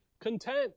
content